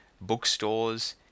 bookstores